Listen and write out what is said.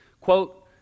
quote